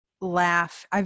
laugh